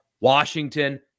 Washington